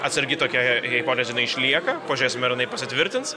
atsargi tokia jei jinai išlieka pažiūrėsim ar jinai pasitvirtins